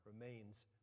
remains